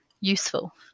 useful